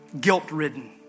guilt-ridden